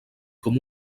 com